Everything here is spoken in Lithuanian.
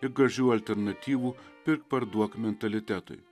ir gražių alternatyvų pirk parduok mentalitetui